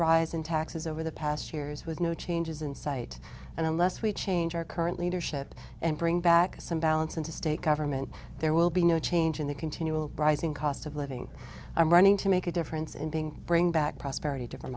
rise in taxes over the past years with no changes in sight and unless we change our current leadership and bring back some balance into state government there will be no change in the continual rising cost of living i'm running to make a difference in being bring back prosperity